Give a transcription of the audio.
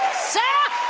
sir.